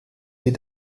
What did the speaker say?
sie